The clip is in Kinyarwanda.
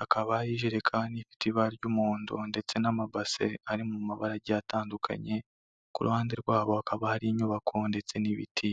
hakaba hari ijerekani ifite ibara ry'umuhondo ndetse n'amabase ari mu mabara agiye atandukanye, ku ruhande rwabo hakaba hari inyubako ndetse n'ibiti.